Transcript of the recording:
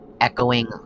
echoing